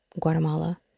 Guatemala